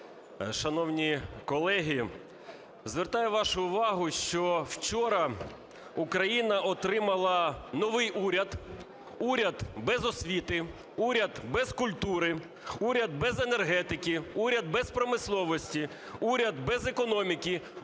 Шановні колеги, звертаю вашу увагу, що вчора Україна отримала новий уряд – уряд без освіти, уряд без культури, уряд без енергетики, уряд без промисловості, уряд без економіки,